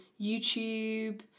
YouTube